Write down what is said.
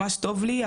ממש טוב לי,